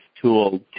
tool